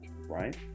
right